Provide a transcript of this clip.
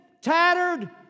tattered